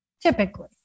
Typically